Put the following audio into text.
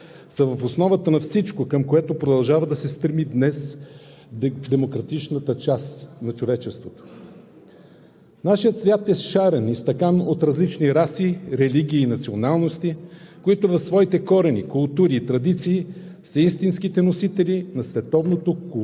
са в основата на всичко, към което продължава да се стреми днес демократичната част на човечеството. Нашият свят е шарен – изтъкан от различни раси, религии и националности, които в своите корени, култури и традиции са истинските носители на световното културно,